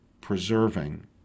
preserving